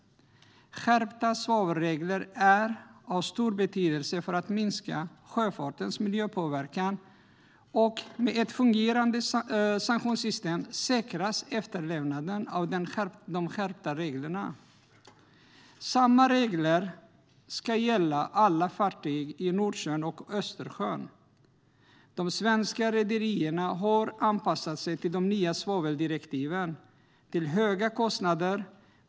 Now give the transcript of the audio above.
Skärpta svavelregler är av stor betydelse för att sjöfartens miljöpåverkan ska minskas. Med ett fungerande sanktionssystem säkras efterlevnaden av de skärpta reglerna. Samma regler ska gälla alla fartyg i Nordsjön och Östersjön. De svenska rederierna har anpassat sig till de nya svaveldirektiven, till höga kostnader.